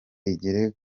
igere